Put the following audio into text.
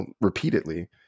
repeatedly